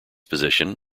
position